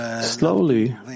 slowly